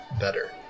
better